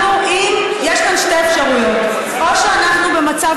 יש כאן שתי אפשרויות: או שאנחנו במצב